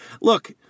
Look